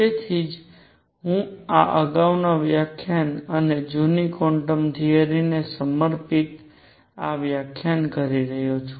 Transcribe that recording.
તેથી જ હું આ અગાઉનું વ્યાખ્યાન અને જૂના ક્વોન્ટમ થિયરિ ને સમર્પિત આ વ્યાખ્યાન કરી રહ્યો છું